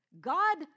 God